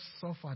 suffer